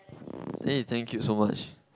eh thank you so much